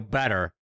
better